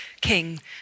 king